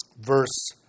verse